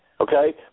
okay